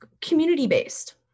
community-based